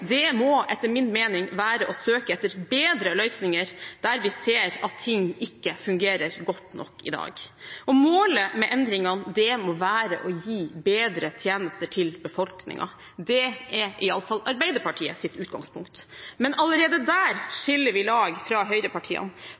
organisasjonskartet, må etter min mening være å søke etter bedre løsninger der vi ser at ting ikke fungerer godt nok i dag. Målet med endringene må være å gi bedre tjenester til befolkningen. Det er iallfall Arbeiderpartiets utgangspunkt. Men allerede der skiller vi og høyrepartiene lag, høyrepartiene